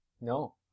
No